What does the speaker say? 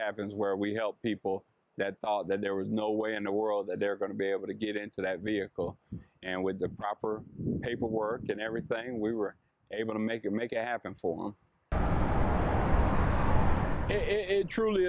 happens where we help people that thought that there was no way in the world that they're going to be able to get into that vehicle and with the proper paperwork and everything we were able to make it make it happen for them it truly